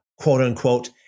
quote-unquote